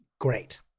great